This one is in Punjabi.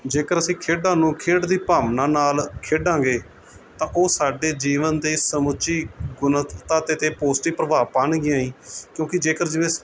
ਜੇਕਰ ਅਸੀਂ ਖੇਡਾਂ ਨੂੰ ਖੇਡ ਦੀ ਭਾਵਨਾ ਨਾਲ ਖੇਡਾਂਗੇ ਤਾਂ ਉਹ ਸਾਡੇ ਜੀਵਨ ਦੇ ਸਮੁੱਚੀ ਗੁਣਵੱਤਾ 'ਤੇ 'ਤੇ ਪੋਜ਼ੀਟਿਵ ਪ੍ਰਭਾਵ ਪਾਉਣਗੀਆਂ ਹੀ ਕਿਉਂਕਿ ਜੇਕਰ ਜਿਵੇਂ